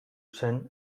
zen